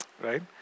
right